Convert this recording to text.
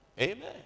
Amen